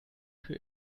für